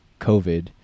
covid